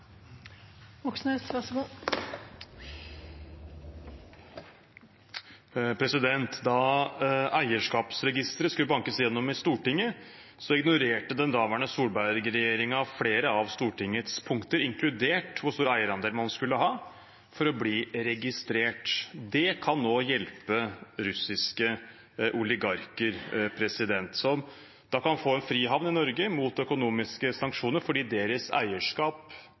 Da eierskapsregisteret skulle bankes igjennom i Stortinget, ignorerte den daværende Solberg-regjeringen flere av Stortingets punkter, inkludert hvor stor eierandel man skulle ha for å bli registrert. Det kan nå hjelpe russiske oligarker, som kan få en frihavn i Norge mot økonomiske sanksjoner fordi deres eierskap